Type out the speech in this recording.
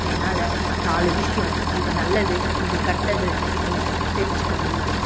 என்னால் நாலு விஷ்யம் இது நல்லது இது கெட்டது அப்படின்னு தெரிஞ்சிக்க முடியுது